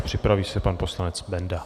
Připraví se pan poslanec Benda.